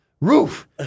Roof